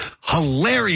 hilarious